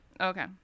Okay